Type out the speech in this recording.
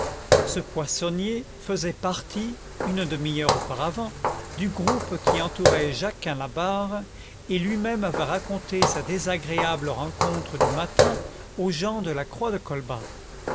ce poissonnier faisait partie une demi-heure auparavant du groupe qui entourait jacquin labarre et lui-même avait raconté sa désagréable rencontre du matin aux gens de la croix de colbas